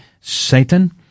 Satan